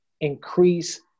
increase